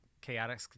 chaotic